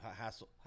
hassle